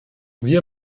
wir